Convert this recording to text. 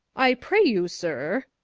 i pray you, sir.